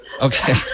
Okay